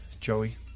Joey